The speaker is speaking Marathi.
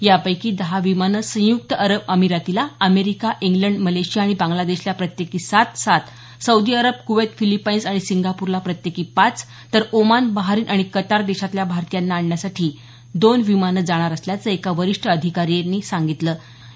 यापैकी दहा विमानं संयुक्त अरब अमिरातीला अमेरिका इंग्लंड मलेशिया आणि बांग्लादेशला प्रत्येकी सात सात सौदी अरब कुवैत फिलिपाईन्स आणि सिंगापूरला प्रत्येकी पाच तर ओमान बहारिन आणि कतार देशातल्या भारतीयांना आणण्यासाठी दोन विमानं जाणार असल्याचं एका वरिष्ठ सरकारी अधिकाऱ्यानं सांगितल्याचं या बातमीत म्हटलं आहे